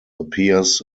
appears